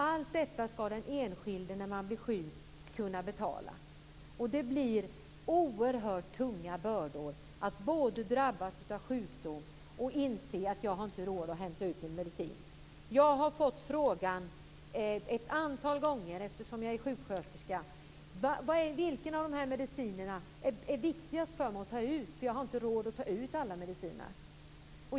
Allt detta skall den enskilde kunna betala när han eller hon blir sjuk. Det blir oerhört tunga bördor att både drabbas av sjukdom och att inse att man inte har råd att hämta ut sin medicin. Jag har fått frågan ett antal gånger, eftersom jag är sjuksköterska: Vilken av de här medicinerna är viktigast för mig att ta ut? Jag har inte råd att ta ut alla medicinerna.